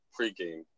pregame